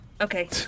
Okay